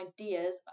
ideas